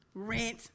rent